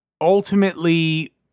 ultimately